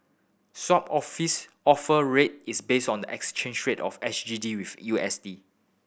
sop office Offer Rate is based on the exchange rate of S G D with U S D